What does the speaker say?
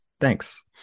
thanks